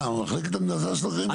מה, מחלקת הנדסה שלכם?